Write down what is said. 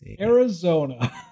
Arizona